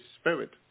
Spirit